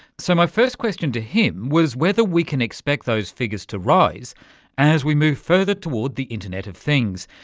so, my first question to him was whether we can expect those figures to rise as we move further toward the internet of things,